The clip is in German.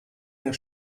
der